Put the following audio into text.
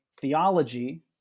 theology